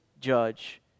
judge